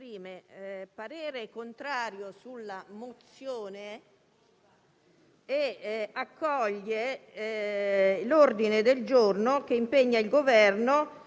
parere contrario sulla mozione e accoglie l'ordine del giorno che impegna l'Esecutivo